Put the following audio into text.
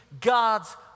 God's